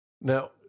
Now